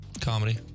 Comedy